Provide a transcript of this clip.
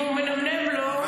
אם הוא מנמנם לו,